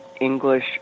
English